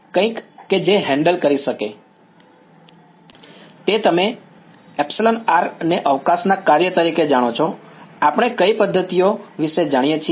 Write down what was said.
કંઈક કે જે હેન્ડલ કરી શકે છે તે તમે εr ને અવકાશના કાર્ય તરીકે જાણો છો આપણે કઈ પદ્ધતિઓ વિશે જાણીએ છીએ